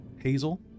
Hazel